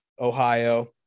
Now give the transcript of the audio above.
Ohio